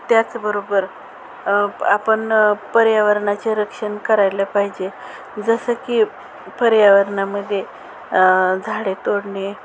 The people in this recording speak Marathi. त्याचबरोबर आपण पर्यावरणाचे रक्षण करायला पाहिजे जसं की पर्यावरणामध्ये झाडे तोडणे